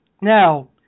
Now